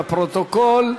לפרוטוקול.